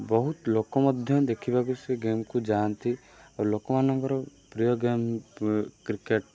ବହୁତ ଲୋକ ମଧ୍ୟ ଦେଖିବାକୁ ସେ ଗେମ୍କୁ ଯାଆନ୍ତି ଆଉ ଲୋକମାନଙ୍କର ପ୍ରିୟ ଗେମ୍ କ୍ରିକେଟ୍